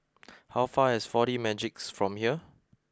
how far is four D Magix from here